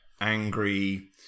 angry